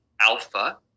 alpha